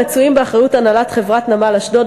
המצויים באחריות הנהלת חברת "נמל אשדוד"